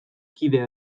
kide